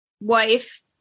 wife